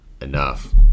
enough